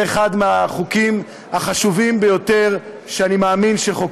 אני מאמין שזה אחד מהחוקים החשובים ביותר שחוקקתי.